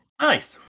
nice